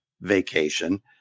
vacation